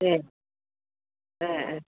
एह ए ए